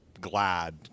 glad